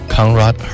Conrad